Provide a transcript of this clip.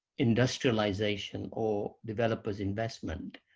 industrialization, or developers' investment.